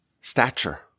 stature